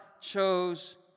chose